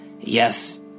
Yes